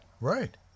Right